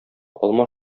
алма